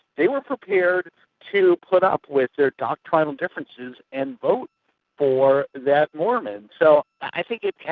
they were prepared to put up with their doctrinal differences and vote for that mormon. so i think it can,